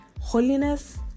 Holiness